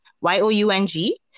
y-o-u-n-g